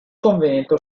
convento